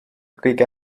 kõige